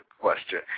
question